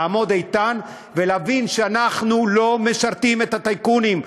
לעמוד איתן ולהבין שאנחנו לא משרתים את הטייקונים,